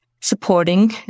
supporting